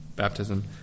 baptism